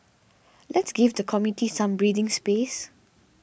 let's give the committee some breathing space